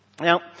Now